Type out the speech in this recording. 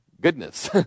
Goodness